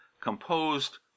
composed